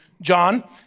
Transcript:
John